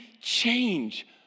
change